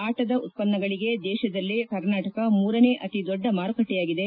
ಆಟದ ಉತ್ಪನ್ನಗಳಗೆ ದೇತದಲ್ಲೇ ಕರ್ನಾಟಕ ಮೂರನೇ ಅತಿ ದೊಡ್ಡ ಮಾರುಕಟ್ಟೆಯಾಗಿದೆ